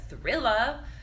thriller